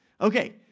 Okay